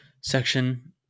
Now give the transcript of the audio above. section